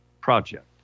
Project